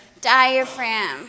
diaphragm